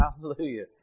Hallelujah